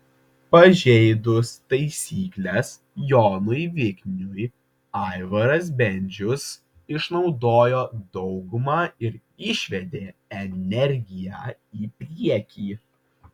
pažeidus taisykles jonui vikniui aivaras bendžius išnaudojo daugumą ir išvedė energiją į priekį